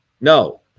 No